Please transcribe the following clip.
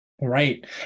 right